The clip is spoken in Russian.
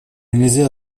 нельзя